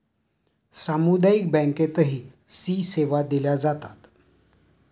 सामुदायिक बँकेतही सी सेवा दिल्या जातात